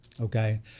Okay